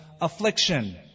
affliction